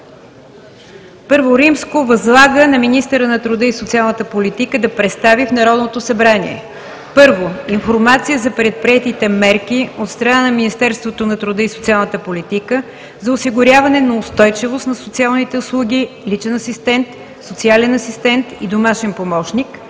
РЕШИ: I. Възлага на министъра на труда и социалната политика да представи в Народното събрание: 1. Информация за предприетите мерки от страна на Министерството на труда и социалната политика за осигуряване на устойчивост на социалните услуги „Личен асистент“, „Социален асистент“ и „Домашен помощник“